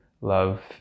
love